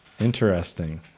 Interesting